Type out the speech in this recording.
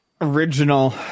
original